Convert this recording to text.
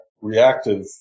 reactive